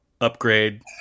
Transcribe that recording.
Upgrade